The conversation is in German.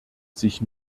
sich